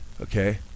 Okay